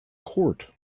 court